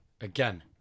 Again